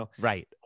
Right